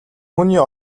хүний